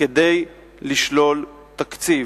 כדי לשלול תקציב.